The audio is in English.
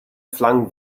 flung